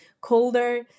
colder